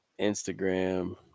Instagram